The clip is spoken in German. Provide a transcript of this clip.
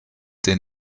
den